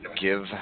give